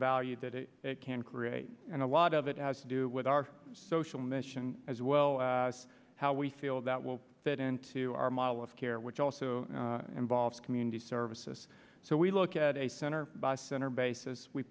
value that it can create and a lot of it has to do with our social mission as well as how we feel that will fit into our model of care which also involves community services so we look at a center by center basis we